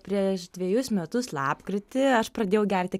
prieš dvejus metus lapkritį aš pradėjau gerti